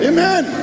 Amen